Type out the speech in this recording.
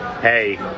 hey